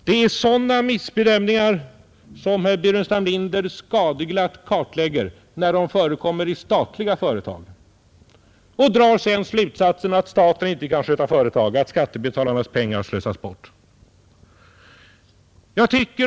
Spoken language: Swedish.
Det är sådana felbedömningar som herr Burenstam Linder skadeglatt kartlägger, när de förekommer i statliga företag. Sedan drar han slutsatsen att staten inte kan sköta företag och att skattebetalarnas pengar slösas bort.